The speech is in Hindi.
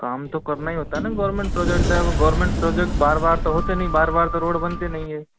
काम तो करना ही होता है न गवर्मेंट प्रोजेक्ट है वो गवर्मेंट प्रोजेक्ट बार बार तो होते नहीं बार बार तो रोड तो बनते नहीं है